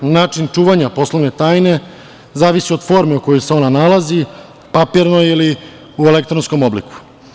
Način čuvanja poslovne tajne zavisi od forme u kojoj se ona nalazi, papirnoj ili u elektronskom obliku.